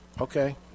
Okay